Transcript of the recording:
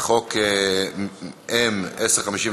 חוק מ/1059,